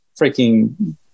freaking